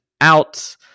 out